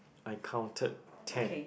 I counted ten